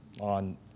on